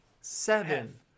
Seven